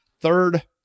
third